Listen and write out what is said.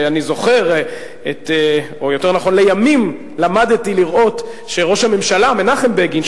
ואני זוכר לימים למדתי לראות שראש הממשלה מנחם בגין,